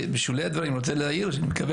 בשולי הדברים אני רוצה להעיר שאני מקווה